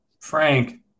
Frank